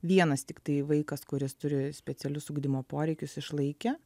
vienas tiktai vaikas kuris turi specialius ugdymo poreikius išlaikė